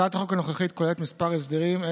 הצעת החוק הנוכחית כוללת כמה הסדרים.